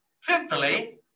Fifthly